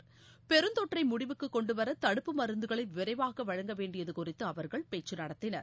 இரு பெருந்தொற்றை முடிவுக்கு கொண்டு வர தடுப்பு மருந்துகளை விரைவாக வழங்க வேண்டியது குறித்து அவர்கள் பேச்சு நடத்தினர்